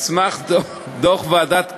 סמך דוח ועדת קרמניצר,